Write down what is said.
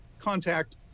contact